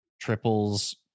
triples